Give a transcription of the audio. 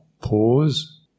pause